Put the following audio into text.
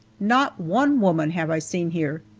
not one woman have i seen here,